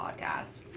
podcast